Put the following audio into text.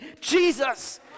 Jesus